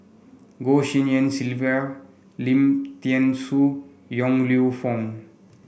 Goh Tshin En Sylvia Lim Thean Soo Yong Lew Foong